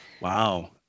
Wow